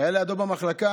היה לידו במחלקה